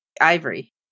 Ivory